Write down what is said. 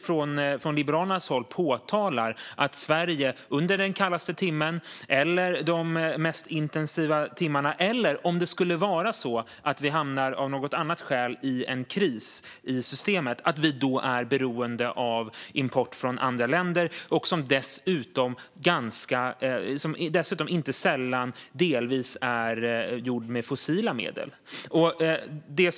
Från Liberalernas håll påpekar vi att Sverige under den kallaste timmen eller under de mest intensiva timmarna eller när det av något annat skäl blir en kris i systemet är beroende av import av el från andra länder. Elen är dessutom inte sällan delvis framställd med fossila medel. Herr talman!